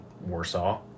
Warsaw